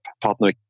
Partner